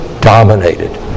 dominated